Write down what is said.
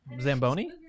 Zamboni